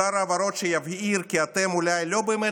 שר הבהרות שיבהיר כי אתם אולי לא באמת